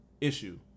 issue